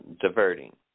diverting